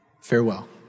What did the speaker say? Farewell